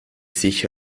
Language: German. sich